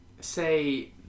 say